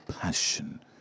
passion